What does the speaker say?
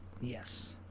Yes